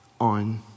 on